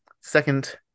second